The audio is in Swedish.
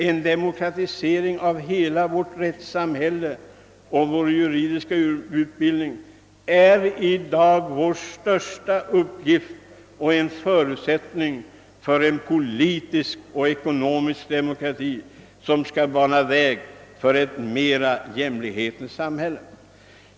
En demokratisering av hela vårt samhälle och vår juridiska utbildning är i dag vår största uppgift och en förutsätt ning för en politisk och ekonomisk demokrati som skall bana väg för större jämlikhet i samhället.